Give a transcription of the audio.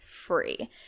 free